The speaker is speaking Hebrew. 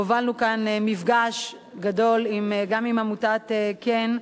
הובלנו כאן מפגש גדול גם עם עמותת כ"ן,